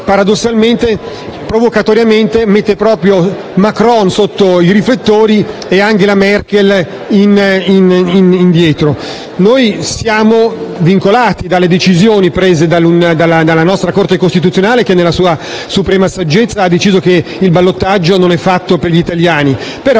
Economist», provocatoriamente, mette proprio Macron sotto i riflettori ed Angela Merkel in secondo piano. Noi siamo vincolati dalle decisioni prese dalla nostra Corte costituzionale, che nella sua suprema saggezza ha deciso che il ballottaggio non è fatto per gli italiani,